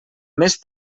més